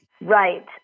Right